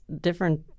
different